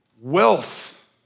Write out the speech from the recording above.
wealth